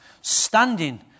standing